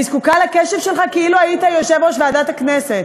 אני זקוקה לקשב שלך כאילו היית יושב-ראש ועדת הכנסת.